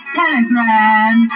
telegram